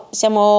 siamo